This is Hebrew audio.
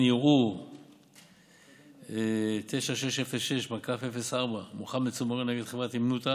ערעור ע"א 9606/04 מוחמד סומרין נ' חברת הימנותא